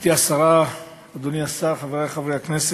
גברתי השרה, אדוני השר, חברי חברי הכנסת,